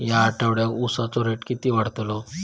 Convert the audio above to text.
या आठवड्याक उसाचो रेट किती वाढतलो?